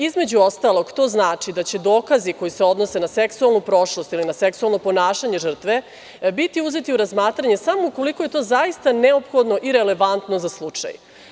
Između ostalog, to znači da će dokazi koji se odnose na seksualnu prošlost ili na seksualno ponašanje žrtve biti uzeti u razmatranje samo ukoliko je to zaista neophodno i relevantno za slučaj.